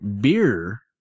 beer